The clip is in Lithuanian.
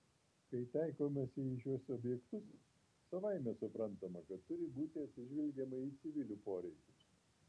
kai taikomasi į šiuos objektus savaime suprantama kad turi būti atsižvelgiama į civilių poreikius